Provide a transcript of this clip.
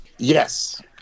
Yes